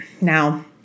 Now